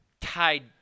tied